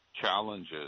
challenges